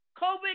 COVID